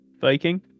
Viking